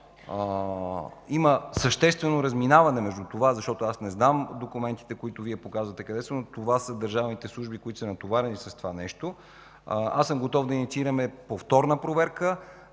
има съществено разминаване между това, защото аз не знам документите, които Вие показвате, къде са, но това са държавните служби, които са натоварени, съм готов да инициираме повторна проверка